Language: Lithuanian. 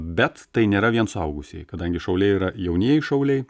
bet tai nėra vien suaugusieji kadangi šauliai yra jaunieji šauliai